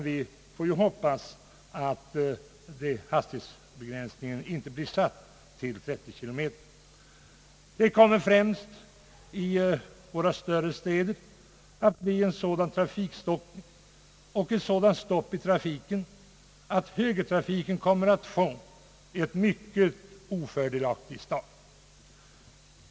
Vi får hoppas att hastighetsbegränsningen inte blir satt till 30 kilometer i timmen. Särskilt i våra större städer kommer det att bli en sådan trafikstockning och ett sådant stopp i trafiken, att högertrafiken kommer att få en mycket ofördelaktig start.